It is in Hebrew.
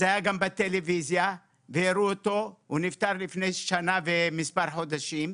זה היה גם בטלוויזיה והראו אותו הוא נפטר לפני שנה ומספר חודשים,